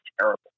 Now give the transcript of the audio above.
terrible